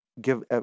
give